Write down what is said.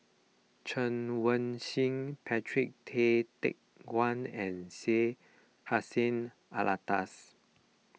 Chen Wen Hsi Patrick Tay Teck Guan and Syed Hussein Alatas